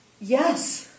Yes